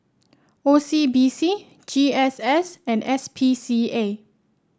O C B C G S S and S P C A